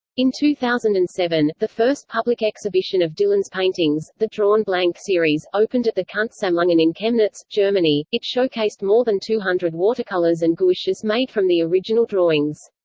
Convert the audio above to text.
in two thousand and seven, the first public exhibition of dylan's paintings, the drawn blank series, opened at the kunstsammlungen in chemnitz, germany it showcased more than two hundred watercolors and gouaches made from the original drawings.